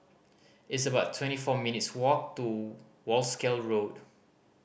it's about twenty four minutes' walk to Wolskel Road